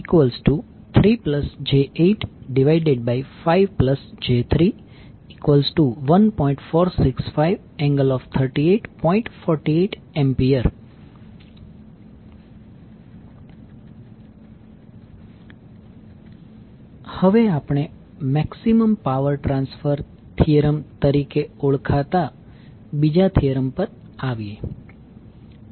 48A હવે આપણે maximum power transfer theorem તરીકે ઓળખાતા બીજા થીયરમ પર આવીએ